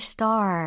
Star